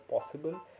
possible